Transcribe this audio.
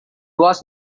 was